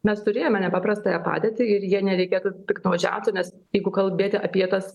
mes turėjome nepaprastąją padėtį ir ja nereikėtų piktnaudžiauti nes jeigu kalbėti apie tas